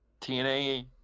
TNA